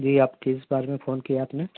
جی آپ کس بارے میں فون کیا آپ نے